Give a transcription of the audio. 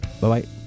Bye-bye